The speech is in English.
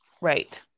Right